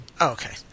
Okay